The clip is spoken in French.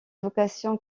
vocation